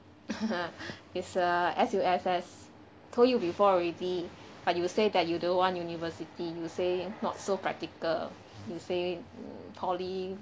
is a S_U_S_S told you before already but you say that you don't want university you say not so practical you say mm polytechnic